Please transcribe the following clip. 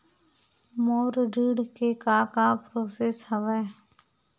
मोर ऋण के का का प्रोसेस हवय?